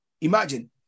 Imagine